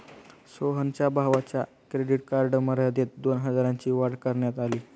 सोहनच्या भावाच्या credit card मर्यादेत दोन हजारांनी वाढ करण्यात आली